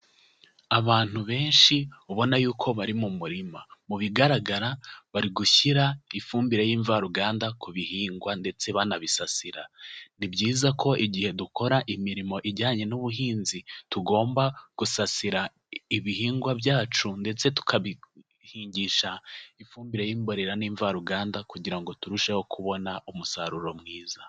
Abantu benshi ubona yuko bari mu murima, mu bigaragara bari gushyira ifumbire y'imvaruganda ku bihingwa ndetse banabisasira; ni byiza ko igihe dukora imirimo ijyanye n'ubuhinzi tugomba gusasira ibihingwa byacu ndetse tukabihingisha ifumbire y'imbonerera n'ivaruganda, kugira ngo turusheho kubona umusaruro mwiza.